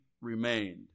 remained